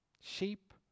Sheep